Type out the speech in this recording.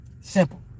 Simple